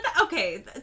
Okay